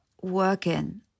working